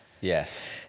Yes